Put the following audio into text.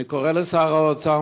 אני קורא לשר האוצר,